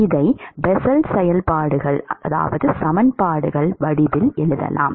இதை பெசல் சமன்பாடுகள் வடிவில் எழுதலாம்